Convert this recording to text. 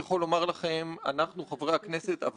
תהליך העבודה הזה חי בעולם דמיוני לחלוטין.